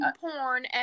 porn